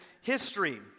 history